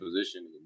position